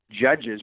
judges